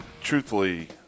truthfully